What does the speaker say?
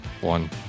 one